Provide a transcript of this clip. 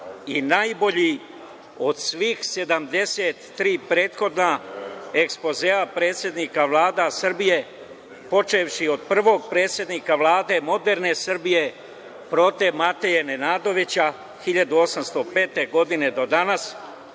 i najbolji od svih 73 prethodna ekspozea predsednika vlada Srbije, počevši od prvog predsednika Vlade moderne Srbije Prote Mateje Nenadovića 1805. godine do danas,